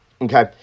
Okay